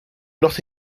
not